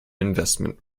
investment